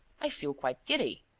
i feel quite giddy.